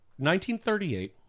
1938